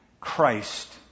Christ